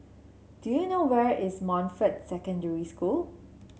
do you know where is Montfort Secondary School